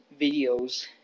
videos